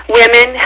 women